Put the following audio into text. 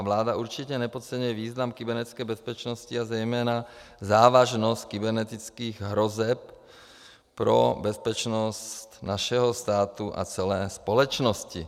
Vláda určitě nepodceňuje význam kybernetické bezpečnosti a zejména závažnost kybernetických hrozeb pro bezpečnost našeho státu a celé společnosti.